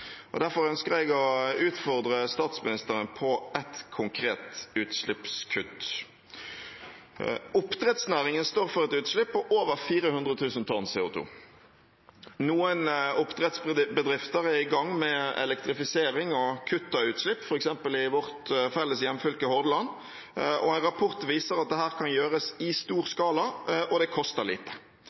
Derfor ønsker jeg å utfordre statsministeren på ett konkret utslippskutt. Oppdrettsnæringen står for et utslipp på over 400 000 tonn CO 2 . Noen oppdrettsbedrifter er i gang med elektrifisering og kutt av utslipp, f.eks. i vårt felles hjemfylke, Hordaland. En rapport viser at dette kan gjøres i stor skala, og det koster lite.